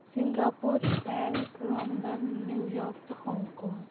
Singapore Paris London New York تہٕ Hong Kong